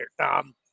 Tom